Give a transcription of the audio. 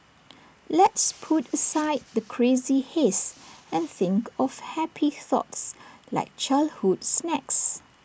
let's put aside the crazy haze and think of happy thoughts like childhood snacks